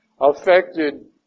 affected